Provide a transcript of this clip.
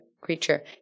creature